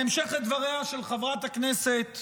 בהמשך לדבריה של חברת הכנסת